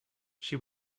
she